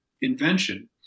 invention